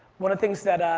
one of the things that,